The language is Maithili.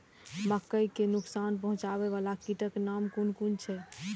मके के नुकसान पहुँचावे वाला कीटक नाम कुन कुन छै?